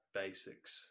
basics